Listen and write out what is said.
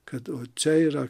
kad čia yra